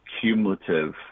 cumulative